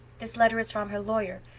this letter is from her lawyer.